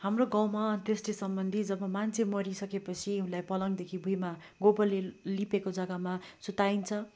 हाम्रो गउँमा अन्त्येष्टि सम्बन्धी जब मान्छे मरिसकेपछि उसलाई पलङदेखि भुइँमा गोबरले लिपेको जग्गामा सुताइन्छ